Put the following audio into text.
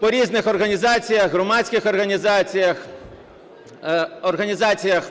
по різних організаціях, громадських організаціях, організаціях